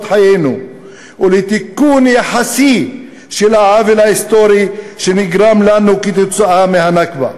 חיינו ולתיקון יחסי של העוול ההיסטורי שנגרם לנו כתוצאה מהנכבה,